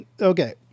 Okay